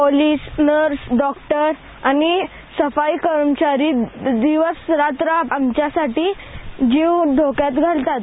police nurse doctor सफाई कर्मचारी दिवसरात्र आमच्यासाठी जीव धोक्यात घालतात